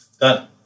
Done